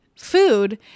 food